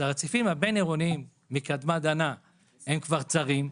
הרציפים הבין-עירוניים הם כבר צרים,